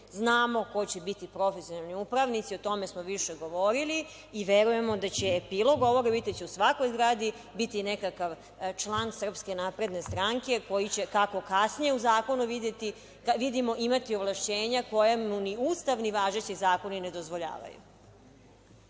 Znamo ko će biti profesionalni upravnici, o tome smo više govorili i verujemo da će epilog ovog biti da će u svakoj zgradi biti nekakav član SNS-a, koji će kako kasnije u zakonu vidimo, imati ovlašćenja koja mu ni Ustav, ni važeći zakon ne dozvoljavaju.